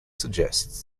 suggests